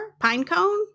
Pinecone